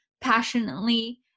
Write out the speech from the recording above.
passionately